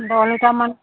দহলিটাৰমান